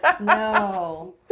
No